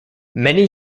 many